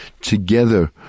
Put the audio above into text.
together